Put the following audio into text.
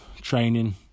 training